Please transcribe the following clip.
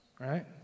right